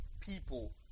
people